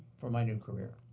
for my new career.